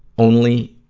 only